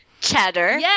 cheddar